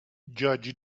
judge